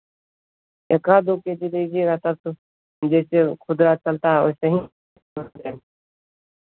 एक आध दो के जी लीजिएगा तब तो जैसे खुदरा चलता है वैसे ही